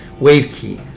WaveKey